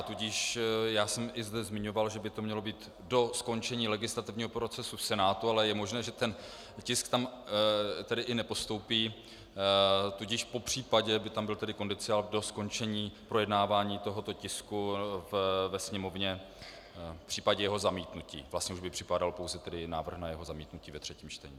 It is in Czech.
Tudíž já jsem i zde zmiňoval, že by to mělo být do skončení legislativního procesu v Senátu, ale je možné, že ten tisk tam i nepostoupí, tudíž popřípadě by tam byl kondicionál do skončení projednávání tohoto tisku ve Sněmovně, v případě jeho zamítnutí, vlastně už by připadal pouze návrh na jeho zamítnutí ve třetím čtení.